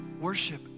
Worship